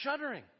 shuddering